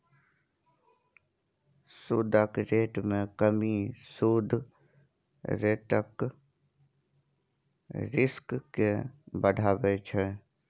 सुदक रेट मे कमी सुद रेटक रिस्क केँ बढ़ाबै छै